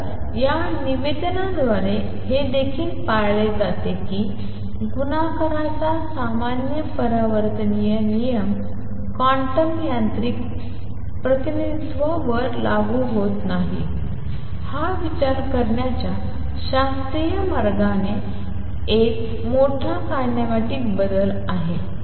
तर या निवेदनाद्वारे हे देखील पाळले जाते की गुणाकाराचा सामान्य परिवर्तनीय नियम क्वांटम यांत्रिक प्रतिनिधित्व वर लागू होत नाही हा विचार करण्याच्या शास्त्रीय मार्गाने एक मोठा किनेमॅटिक बदल आहे